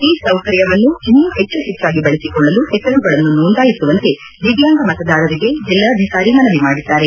ಈ ಸೌಕರ್ಯವನ್ನು ಇನ್ನೂ ಹೆಚ್ಚು ಹೆಚ್ಚಾಗಿ ಬಳಸಿಕೊಳ್ಳಲು ಹೆಸರುಗಳನ್ನು ನೋಂದಾಯಿಸುವಂತೆ ದಿವ್ಗಾಂಗ ಮತದಾರರಿಗೆ ಜಿಲ್ಲಾಧಿಕಾರಿ ಮನವಿ ಮಾಡಿದ್ದಾರೆ